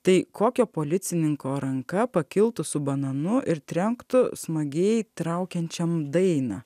tai kokio policininko ranka pakiltų su bananu ir trenktų smagiai traukiančiam dainą